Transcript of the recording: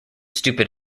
stupid